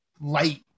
light